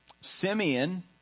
Simeon